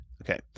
Okay